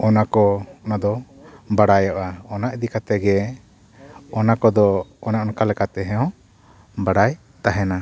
ᱚᱱᱟ ᱠᱚ ᱚᱱᱟ ᱫᱚ ᱵᱟᱲᱟᱭᱚᱜᱼᱟ ᱚᱱᱟ ᱤᱫᱤ ᱠᱟᱛᱮᱫ ᱜᱮ ᱚᱱᱟ ᱠᱚᱫᱚ ᱚᱱᱮ ᱚᱱᱠᱟ ᱞᱮᱠᱟ ᱛᱮ ᱦᱚᱸ ᱵᱟᱲᱟᱭ ᱛᱟᱦᱮᱱᱟ